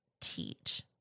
teach